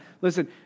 Listen